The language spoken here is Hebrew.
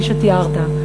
כפי שתיארת,